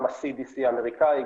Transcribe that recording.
גם ה-CDC האמריקני,